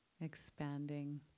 expanding